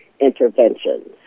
interventions